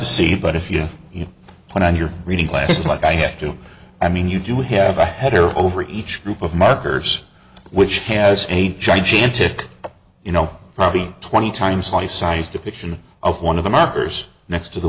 to see but if you put on your reading glasses like i have to i mean you do have a header over each group of markers which has a gigantic you know probably twenty times life size depiction of one of the markers next to the